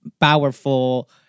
powerful